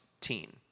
teen